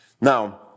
Now